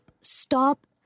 stop